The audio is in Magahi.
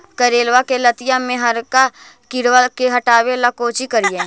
करेलबा के लतिया में हरका किड़बा के हटाबेला कोची करिए?